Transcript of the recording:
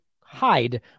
hide